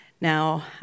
Now